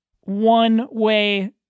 one-way